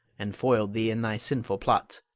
and foiled thee in thy sinful plots.